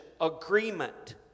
agreement